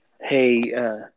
hey